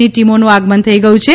ની ટીમોનું આગમન થઇ ગયું છે